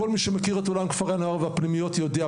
כל מי שמכיר את עולם כפרי הנוער והפנימיות יודע.